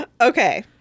Okay